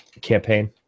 campaign